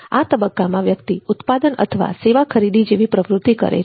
આ તબક્કામાં વ્યક્તિ ઉત્પાદન અથવા સેવા ખરીદી જેવી પ્રવૃત્તિ કરે છે